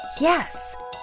Yes